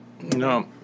No